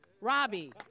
Robbie